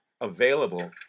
available